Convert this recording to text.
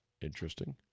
interesting